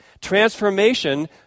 Transformation